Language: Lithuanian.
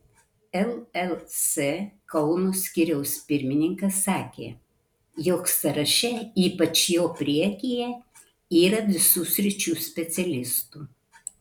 lls kauno skyriaus pirmininkas sakė jog sąraše ypač jo priekyje yra visų sričių specialistų